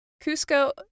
Cusco